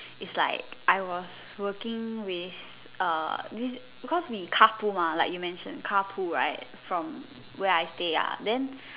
it's like I was working with uh this because we carpool mah like you mention carpool right from where I stay ya then